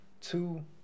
two